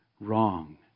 Wrong